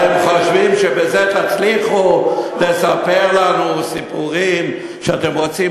ואתם חושבים שבזה תצליחו לספר לנו סיפורים שאתם רוצים